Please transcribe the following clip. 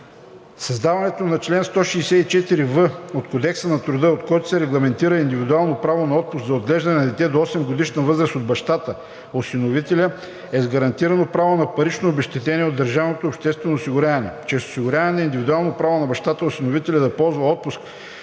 Създаването на чл. 164в от Кодекса на труда, в който се регламентира индивидуално право на отпуск за отглеждане на дете до 8-годишна възраст от бащата/осиновителя, е с гарантирано право на парично обезщетение от държавното обществено осигуряване. Чрез осигуряване на индивидуално право на бащата/осиновителя да ползва отпуск